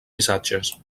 missatges